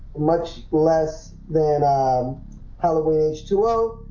much less than halloween h two o,